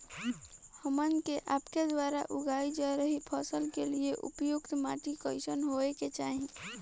हमन के आपके द्वारा उगाई जा रही फसल के लिए उपयुक्त माटी कईसन होय के चाहीं?